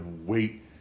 wait